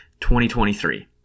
2023